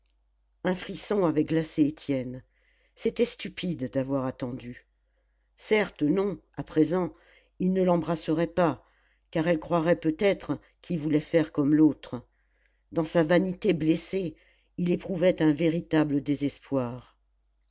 un frisson avait glacé étienne c'était stupide d'avoir attendu certes non à présent il ne l'embrasserait pas car elle croirait peut-être qu'il voulait faire comme l'autre dans sa vanité blessée il éprouvait un véritable désespoir